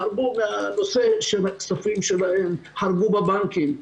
חרגו מהנושא של הכספים שלהם, חרגו בבנקים.